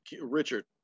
Richard